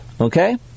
okay